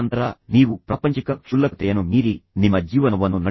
ತದನಂತರ ನೀವು ಪ್ರಾಪಂಚಿಕ ಕ್ಷುಲ್ಲಕತೆಯನ್ನು ಮೀರಿ ನಿಮ್ಮ ಜೀವನವನ್ನು ನಡೆಸುತ್ತೀರಾ